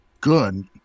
Good